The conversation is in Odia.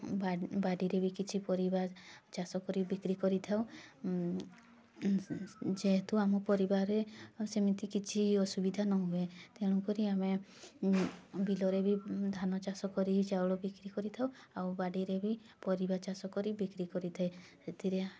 ବାଡ଼ିରେ ବି କିଛି ପରିବା ଚାଷ କରି ବିକ୍ରି କରିଥାଉ ଯେହେତୁ ଆମ ପରିବାରରେ ସେମିତି କିଛି ଅସୁବିଧା ନହୁଏ ତେଣୁକରି ଆମେ ବିଲରେ ବି ଧାନଚାଷ କରି ଚାଉଳ ବିକ୍ରି କରିଥାଉ ଆଉ ବାଡ଼ିରେ ବି ପରିବା ଚାଷ କରି ବିକ୍ରି କରିଥାଏ ସେଥିରେ